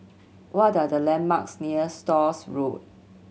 what are the landmarks near Stores Road